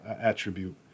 attribute